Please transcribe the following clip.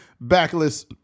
backless